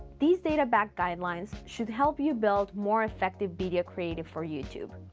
these data back guidelines should help you build more effective video created for youtube.